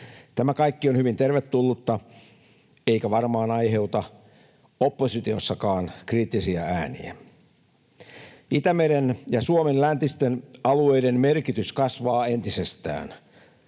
Tämä kaikki on hyvin tervetullutta eikä varmaan aiheuta oppositiossakaan kriittisiä ääniä. Itämeren ja Suomen läntisten alueiden merkitys kasvaa entisestään.